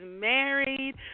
married